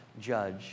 judge